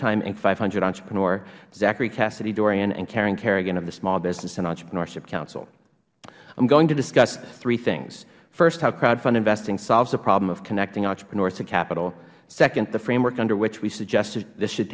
time inc five hundred entrepreneur zachary cassidydorion and karen kerrigan of the small business and entrepreneurship council i'm going to discuss three things first how crowdfund investing solves a problem of connecting entrepreneurs to capital second the framework under which we suggested this should